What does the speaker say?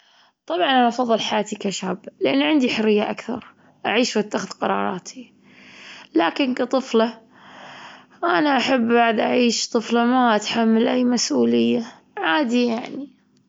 طبعا أنا أفضل حياتي كشابة، لأن عندي حرية أكثر أعيش وأتخذ قراراتي، لكن كطفلة أنا أحب بعد أعيش طفلة ما أتحمل أي مسؤولية عادي يعني.